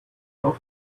not